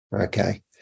Okay